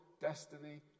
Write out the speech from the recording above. destiny